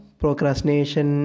procrastination